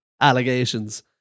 allegations